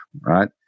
right